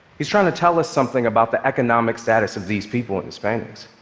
he's trying to tell us something about the economic status of these people in these paintings.